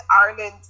Ireland